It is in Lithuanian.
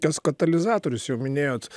tas katalizatorius jau minėjot